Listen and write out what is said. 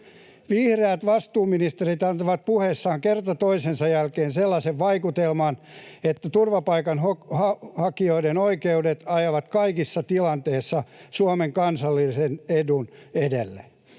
Vihreät vastuuministerit antavat puheissaan kerta toisensa jälkeen sellaisen vaikutelman, että turvapaikanhakijoiden oikeudet ajavat kaikissa tilanteissa Suomen kansallisen edun edelle.